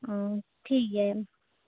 ᱚ ᱴᱷᱤᱠ ᱜᱮᱭᱟ